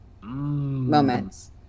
moments